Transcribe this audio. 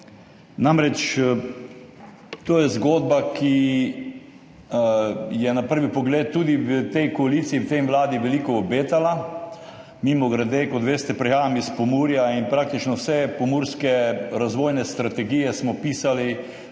namreč zgodba, ki je na prvi pogled tudi v tej koaliciji, v tej vladi veliko obetala. Mimogrede, kot veste, prihajam iz Pomurja in praktično vse pomurske razvojne strategije smo pisali